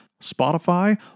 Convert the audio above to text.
Spotify